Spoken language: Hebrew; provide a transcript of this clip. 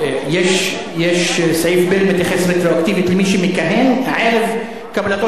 יש סעיף שמתייחס רטרואקטיבית למי שמכהן ערב קבלתו של החוק.